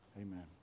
Amen